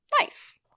Nice